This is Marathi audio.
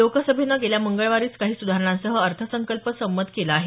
लोकसभेनं गेल्या मंगळवारीच काही सुधारणांसह अर्थसंकल्प संमत केला आहे